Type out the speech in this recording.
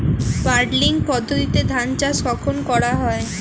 Puddling পদ্ধতিতে ধান চাষ কখন করা হয়?